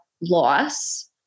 loss